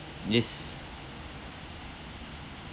yes